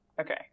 Okay